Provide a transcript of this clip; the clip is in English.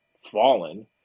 fallen